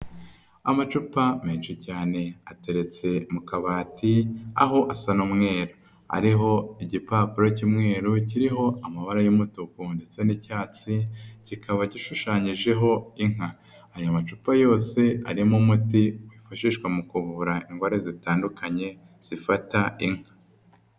Amacupa menshi cyane, ateretse mu kabati, aho asa n'umweruru. Ariho igipapuro cy'umweru, kiriho amabara y'umutuku ndetse n'icyatsi, kikaba gishushanyijeho inka. Aya macupa yose arimo umuti wifashishwa mu kuvura indwara zitandukanye zifata inka.